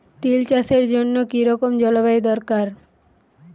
তিল চাষের জন্য কি রকম জলবায়ু দরকার?